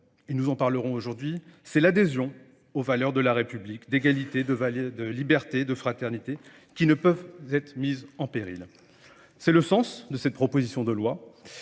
et nous en parlerons aujourd'hui, c'est l'adhésion aux valeurs de la République, d'égalité, de liberté, de fraternité, qui ne peuvent être mises en péril. C'est le sens de cette proposition de loi,